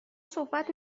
صحبت